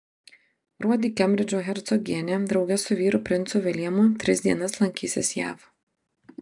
gruodį kembridžo hercogienė drauge su vyru princu viljamu tris dienas lankysis jav